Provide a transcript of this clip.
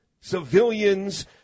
Civilians